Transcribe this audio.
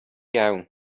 iawn